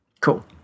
Cool